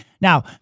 Now